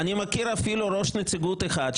אני מכיר אפילו ראש נציגות אחד,